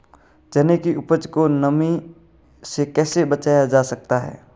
चने की उपज को नमी से कैसे बचाया जा सकता है?